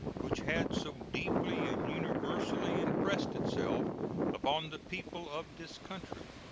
which had so deeply and universally impressed itself upon the people of this country.